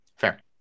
Fair